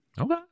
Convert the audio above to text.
Okay